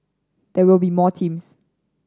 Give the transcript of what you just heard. there will be more teams